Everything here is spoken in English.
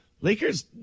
Lakers